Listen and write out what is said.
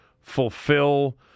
fulfill